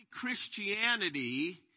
Christianity